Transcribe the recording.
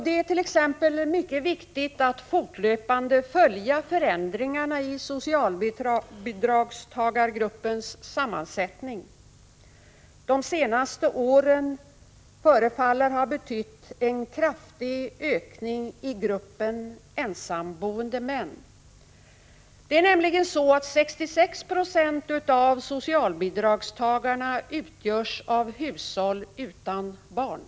Det är t.ex. mycket viktigt att fortlöpande följa förändringar i socialbidragstagargruppens sammansättning. De senaste åren förefaller det ha skett en kraftig ökning i gruppen ensamboende män. Det är nämligen så att 66 90 av socialbidragstagarna utgörs av hushåll utan barn.